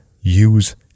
use